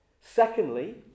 Secondly